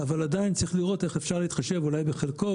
עדיין צריך לראות איך אפשר להתחשב אולי בחלקו,